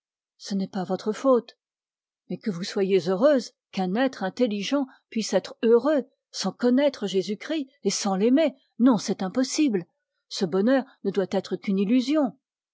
ce n'est pas votre faute mais que vous soyez heureuse qu'un être intelligent puisse être heureux sans connaître jésus-christ et sans l'aimer non c'est impossible ce bonheur ne doit être qu'une illusion